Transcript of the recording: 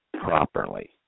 properly